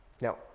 Now